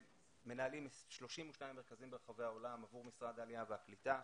מנהלים 32 מרכזים ברחבי העולם עבור משרד העלייה והקליטה,